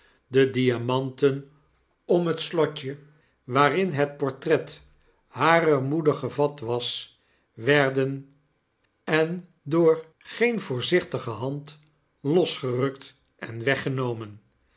de diamanten om het slotje waarin het portret harer moeder gevat was werden en door geen voorzichtige hand losgerukt en weggenomen